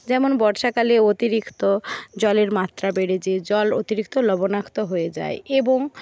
যেমন বর্ষাকালে অতিরিক্ত জলের মাত্রা বেড়ে যে জল অতিরিক্ত লবণাক্ত হয়ে যায় এবং